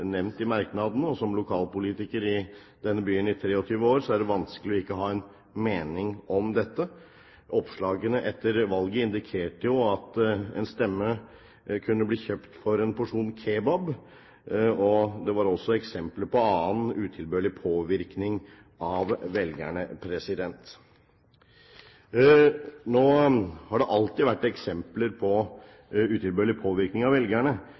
det vanskelig ikke å ha en mening om dette. Oppslagene etter valget indikerte jo at en stemme kunne bli kjøpt for en porsjon kebab. Det var også eksempler på annen utilbørlig påvirkning av velgerne. Nå har det alltid vært eksempler på utilbørlig påvirkning av velgerne,